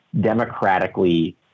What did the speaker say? democratically